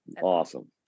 awesome